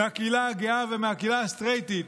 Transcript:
מהקהילה הגאה ומהקהילה הסטרייטית,